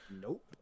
Nope